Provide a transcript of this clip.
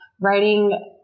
writing